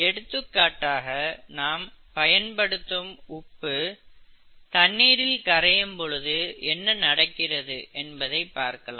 எடுத்துக்காட்டாக நாம் பயன்படுத்தும் உப்பு தண்ணீரில் கரையும் பொழுது என்ன நடக்கிறது என்பதை பார்க்கலாம்